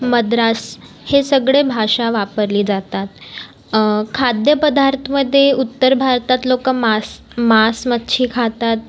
मद्रास हे सगळे भाषा वापरले जातात खाद्यपदार्थमध्ये उत्तर भारतात लोक मांस मांसमच्छी खातात